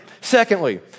Secondly